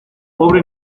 pobre